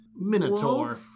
minotaur